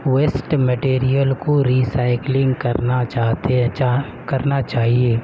waste material کو recycling کرنا چاہتے چاہ کرنا چاہیے